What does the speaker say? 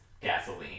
gasoline